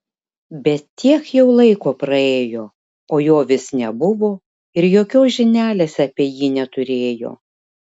bet tiek jau laiko praėjo o jo vis nebuvo ir jokios žinelės apie jį neturėjo